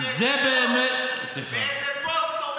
רק באיזה פוסט,